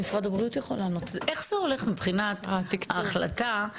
איך זה הולך מבחינת ההחלטה?